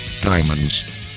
diamonds